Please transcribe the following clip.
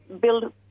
build